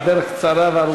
על דרך קצרה וארוכה.